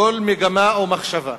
מכל מגמה ומחשבה